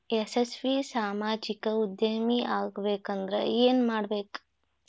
ಯಶಸ್ವಿ ಸಾಮಾಜಿಕ ಉದ್ಯಮಿಯಾಗಬೇಕಂದ್ರ ಏನ್ ಮಾಡ್ಬೇಕ